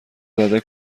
زده